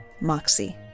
Moxie